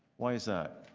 why is that?